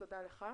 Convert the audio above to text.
תודה לך.